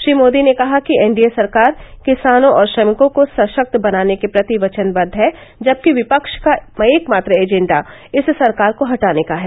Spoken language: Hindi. श्री मोदी ने कहा कि एनडीए सरकार किसानों और श्रमिकों को सशक्त बनाने के प्रति वचनबद्ध है जबकि विपक्ष का एकमात्र एजेंडा इस सरकार को हटाने का है